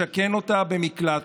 לשכן אותה במקלט,